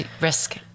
risk